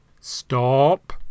Stop